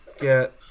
get